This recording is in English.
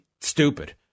stupid